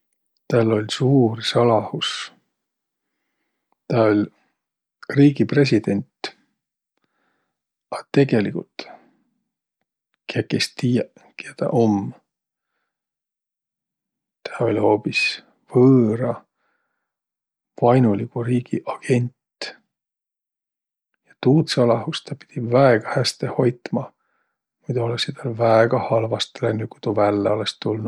Täl oll' suur salahus. Tä oll' riigi president. A tegeligult kiäki es tiiäq, kiä tä om. Tä oll' hoobis võõra, vainoligu riigi agent. Ja tuud salahust tä pidi väega häste hoitma. Muido olõssiq tä väega halvastõ lännüq, ku tuu vällä olõs tulnuq.